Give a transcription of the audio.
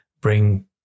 bring